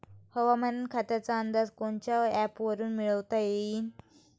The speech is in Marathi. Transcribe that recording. हवामान खात्याचा अंदाज कोनच्या ॲपवरुन मिळवता येईन?